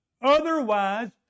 Otherwise